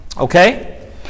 Okay